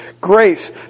grace